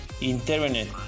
internet